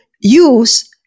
use